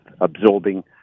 absorbing